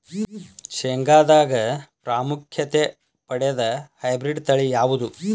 ಶೇಂಗಾದಾಗ ಪ್ರಾಮುಖ್ಯತೆ ಪಡೆದ ಹೈಬ್ರಿಡ್ ತಳಿ ಯಾವುದು?